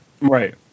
Right